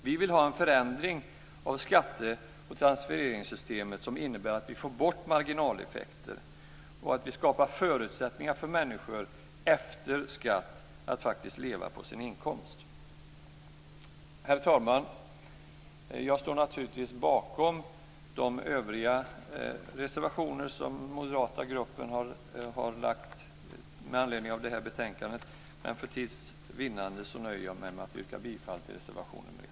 Vi vill ha en förändring av skatte och transfereringssystemet som innebär att vi får bort marginaleffekter och att vi skapar förutsättningar för människor att efter skatt faktiskt leva på sin inkomst. Herr talman! Jag står naturligtvis bakom de övriga reservationer som den moderata gruppen har lagt fram med anledning av betänkandet men för tids vinnande nöjer jag mig med att yrka bifall till reservation nr 1.